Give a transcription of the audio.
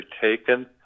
taken